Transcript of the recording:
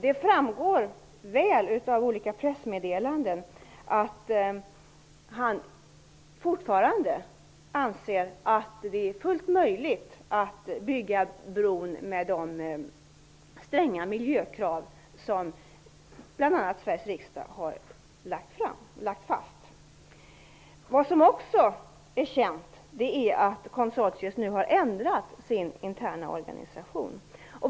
Det framgår tydligt av olika pressmeddelanden att han fortfarande anser att det är fullt möjligt att bygga bron med de stränga miljökrav som bl.a. Sveriges riksdag har lagt fast. Vad som också är känt är att konsortiet nu har ändrat sin interna organisation.